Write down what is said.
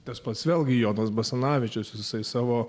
tas pats vėlgi jonas basanavičius visais savo